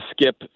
skip